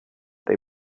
they